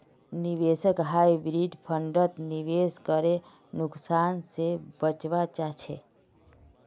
निवेशक हाइब्रिड फण्डत निवेश करे नुकसान से बचवा चाहछे